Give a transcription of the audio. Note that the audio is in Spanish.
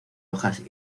hojas